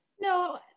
No